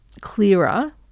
clearer